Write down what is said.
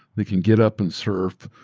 we can get up and surf,